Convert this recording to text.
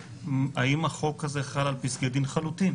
האם החוק הזה חל על פסקי דין חלוטים.